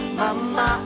mama